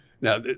Now